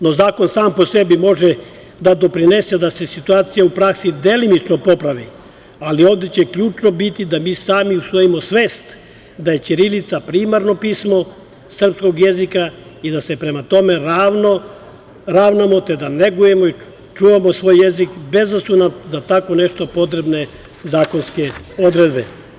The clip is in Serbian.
No, zakon sam po sebi može da doprinese da se situacija u praksi delimično popravi, ali ovde će ključno biti da mi sami usvojimo svest da je ćirilica primarno pismo srpskog jezika i da se prema tome ravnamo, te da negujemo i čuvamo svoj jezik, bez da su nam za tako nešto potrebne zakonske odredbe.